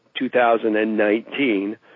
2019